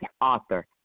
author